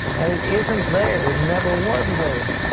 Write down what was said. and it isn't there. it never was there.